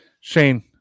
Shane